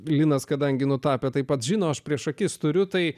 linas kadangi nutapė tai pats žino prieš akis turiu tai